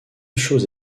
chose